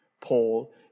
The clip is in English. Paul